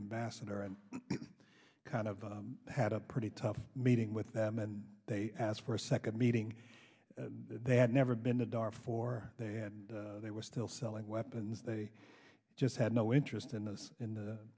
ambassador and i kind of had a pretty tough meeting with them and they asked for a second meeting they had never been to dark before they had they were still selling weapons they just had no interest in those in the